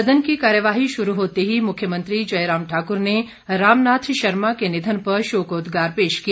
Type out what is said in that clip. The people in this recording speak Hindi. सदन की कार्यवाही शुरू होते ही मुख्यमंत्री जयराम ठाकुर ने रामनाथ शर्मा के निधन पर शोकोदगार पेश किया